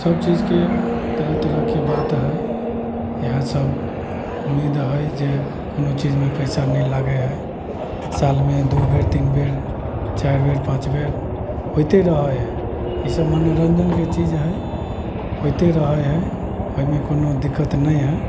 सबचीजके तरह तरहके बात हइ इएहसब उम्मीद हइ जे कोनो चीजमे पइसा नहि लागै हइ सालमे दुइ बेर तीन बेर चारि बेर पाँच बेर होइते रहै हइ ईसब मनोरञ्जनके चीज हइ होइते रहै हइ एहिमे कोनो दिक्कत नहि हइ